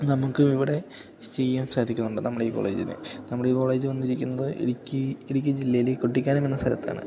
നമുക്ക് ഇവിടെ ചെയ്യാൻ സാധിക്കുന്നുണ്ട് നമ്മുടെ ഈ കോളേജിന് നമ്മുടെ ഈ കോളേജ് വന്നിരിക്കുന്നത് ഇടുക്കി ഇടുക്കി ജില്ലയിലെ കുട്ടിക്കാനമെന്ന സ്ഥലത്താണ്